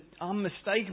unmistakable